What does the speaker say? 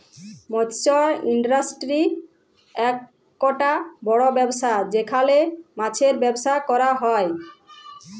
মৎস ইন্ডাস্ট্রি আককটা বড় ব্যবসা যেখালে মাছের ব্যবসা ক্যরা হ্যয়